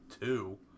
two